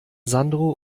sandro